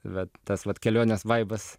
vat tas vat kelionės vaibas